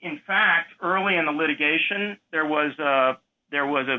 in fact early in the litigation there was there was a